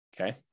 okay